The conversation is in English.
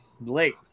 late